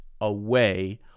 away